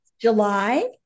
July